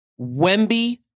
Wemby